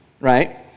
right